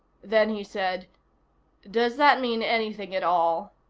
then he said does that mean anything at all?